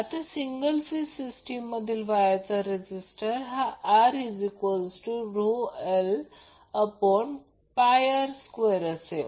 आता single phase सिस्टीमतील वायरचा रेजीस्टर हा Rρlr2 असेल